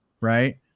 right